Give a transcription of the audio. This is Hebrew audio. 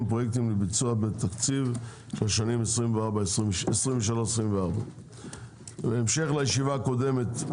ופרויקטים לביצוע בתקציב של השנים 2024 2023. בהמשך לישיבה הקודמת,